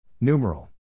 Numeral